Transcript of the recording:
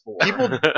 people